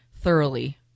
thoroughly